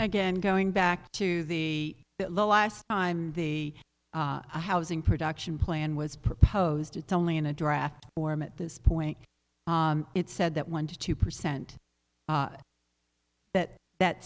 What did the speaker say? again going back to the last time the housing production plan was proposed it's only in a draft form at this point it said that one to two percent that that